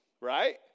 Right